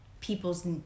people's